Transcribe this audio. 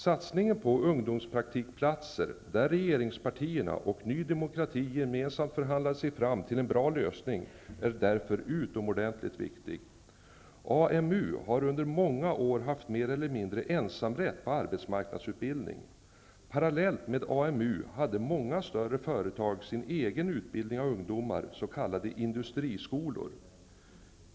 Satsningen på ungdomspraktikplatser, där regeringspartierna och Ny demokrati gemensamt förhandlat sig fram till en bra lösning, är därför utomordentligt viktig. AMU har under många år mer eller mindre haft ensamrätt på arbetsmarknadsutbildning. Parallellt med AMU hade många större företag sin egen utbildning av ungdomar, s.k. industriskolor.